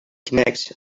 connects